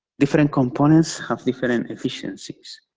different components have different efficiencies,